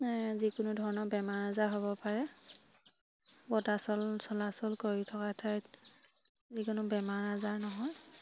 যিকোনো ধৰণৰ বেমাৰ আজাৰ হ'ব পাৰে বতাহ চল চলাচল কৰি থকা ঠাইত যিকোনো বেমাৰ আজাৰ নহয়